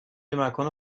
مکان